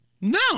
no